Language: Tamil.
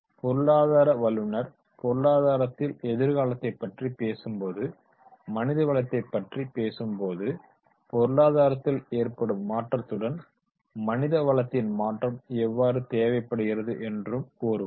பொருளாதார வல்லுநர் பொருளாதரத்தின் எதிர்காலத்தைப் பற்றி பேசும் போது மனிதவளத்தைப் பற்றி பேசும்போது பொருளாதாரத்தில் ஏற்படும் மாற்றத்துடன் மனித வளத்தின் மாற்றம் எவ்வாறு தேவைப்படுகிறது என்றும் கூறுவார்